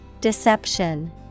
Deception